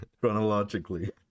chronologically